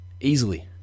Easily